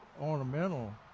ornamental